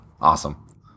Awesome